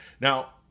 Now